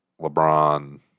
LeBron